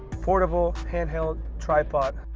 portable handheld tripod.